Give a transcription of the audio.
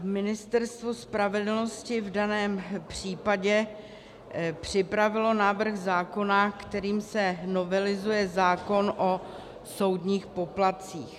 Ministerstvo spravedlnosti v daném případě připravilo návrh zákona, kterým se novelizuje zákon o soudních poplatcích.